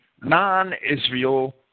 non-Israel